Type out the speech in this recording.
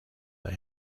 they